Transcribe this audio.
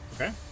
Okay